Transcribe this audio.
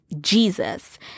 Jesus